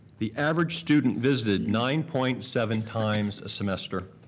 the average student visited nine point seven times a semester